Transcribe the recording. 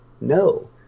No